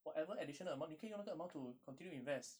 whatever additional amount 你可以用那个 amount to continue to invest